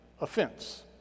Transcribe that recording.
offense